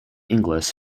inglis